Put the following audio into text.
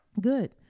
good